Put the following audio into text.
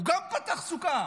הוא גם פתח סוכה,